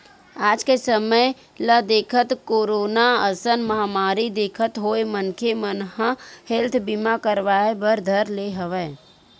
आज के समे ल देखत, कोरोना असन महामारी देखत होय मनखे मन ह हेल्थ बीमा करवाय बर धर ले हवय